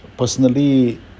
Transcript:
Personally